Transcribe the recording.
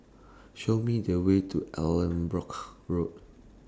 Show Me The Way to Allanbrooke Road